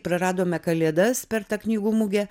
praradome kalėdas per tą knygų mugę